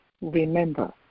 remember